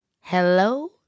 Hello